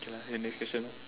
okay lah then next question lor